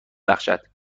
بخشد